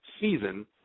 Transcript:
season